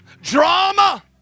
Drama